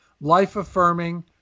life-affirming